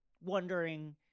wondering